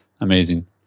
Amazing